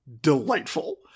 delightful